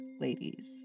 ladies